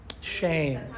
Shame